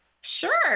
Sure